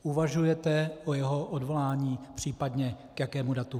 Uvažujete o jeho odvolání, případně k jakému datu?